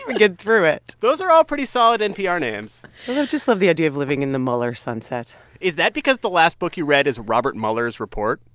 get through it those are all pretty solid npr names just love the idea of living in the mueller sunset is that because the last book you read is robert mueller's report?